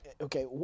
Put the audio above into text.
Okay